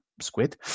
squid